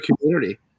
community